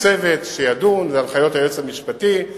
וצוות שידון, והנחיות היועץ המשפטי.